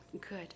Good